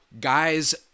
guys